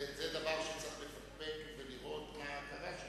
זה דבר שצריך לפקפק ולראות מה קרה שם.